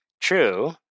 True